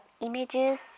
images